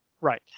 right